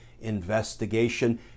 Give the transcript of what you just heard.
investigation